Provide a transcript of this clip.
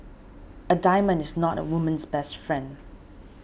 a diamond is not a woman's best friend